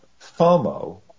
FOMO